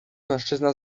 mężczyzna